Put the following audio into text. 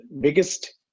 biggest